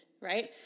right